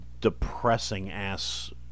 depressing-ass